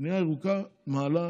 בנייה ירוקה מעלה